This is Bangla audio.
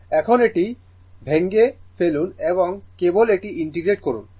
এখন এটি ভেঙে ফেলুন এবং কেবল এটি ইন্টিগ্রেট করুন